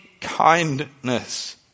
kindness